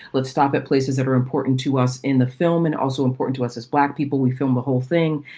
let's stop at places that are important to us in the film and also important to us as black people. we film the whole thing.